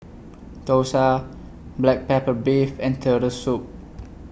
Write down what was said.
Dosa Black Pepper Beef and Turtle Soup